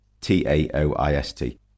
T-A-O-I-S-T